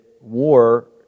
war